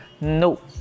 No